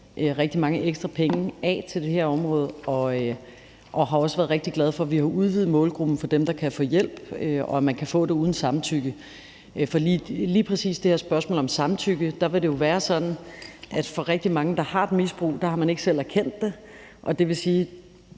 rigtig mange ekstra penge af til det her område, og jeg har også været rigtig glad for, at vi har udvidet målgruppen for dem, der kan få hjælp, og at man kan få det uden samtykke. For lige præcis i forhold til det her spørgsmål om samtykke vil det jo være sådan, at for rigtig mange, der har et misbrug, gælder det, at de ikke selv har erkendt det. Det vil sige,